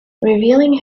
revealing